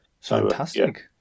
Fantastic